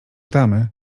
tamy